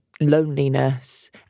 loneliness